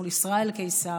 מול ישראל קיסר,